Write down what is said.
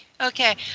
okay